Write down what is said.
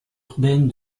urbaine